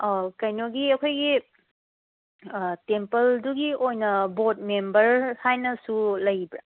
ꯑꯧ ꯀꯩꯅꯣꯒꯤ ꯑꯩꯈꯣꯏꯒꯤ ꯇꯦꯝꯄꯜꯗꯨꯒꯤ ꯑꯣꯏꯅ ꯕꯣꯔꯠ ꯃꯦꯝꯕꯔ ꯍꯥꯏꯅꯁꯨ ꯂꯩꯕ꯭ꯔ